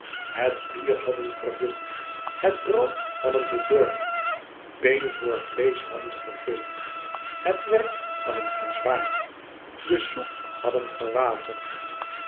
het bier hadden verdund het brood hadden bedorven been voor vleesch hadden gegeven het werk hadden verzwaard de soep hadden verwaterd